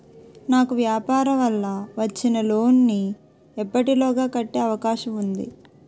నాకు వ్యాపార వల్ల వచ్చిన లోన్ నీ ఎప్పటిలోగా కట్టే అవకాశం ఉంది?